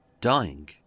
dying